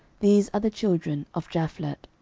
these are the children of japhlet.